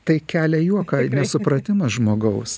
tai kelia juoką nesupratimas žmogaus